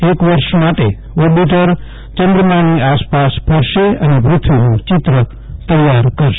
એક વર્ષ માટે ઓર બિટર ચંદ્રમાની આસપાસ ફરશે અને પૃથ્વીનું ચિત્ર તૈયાર કરશે